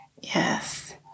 Yes